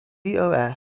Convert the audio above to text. however